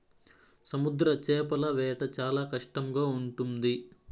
సముద్ర చేపల వేట చాలా కష్టంగా ఉంటుంది